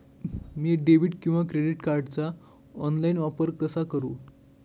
मी debit किंवा credit कार्डचा online वापर कसा करु?